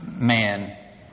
man